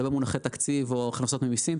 לא במונחי תקציב או הכנסות ממיסים.